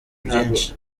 byinshi